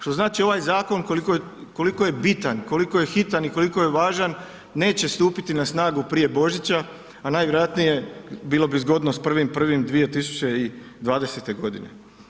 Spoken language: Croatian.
Što znači ovaj zakon, koliko je bitan i koliko je hitan i koliko je važan, neće stupiti na snagu prije Božića, a najvjerojatnije, bilo bi zgodno s 1.1.2020. godine.